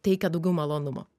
teikia daugiau malonumo